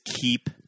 keep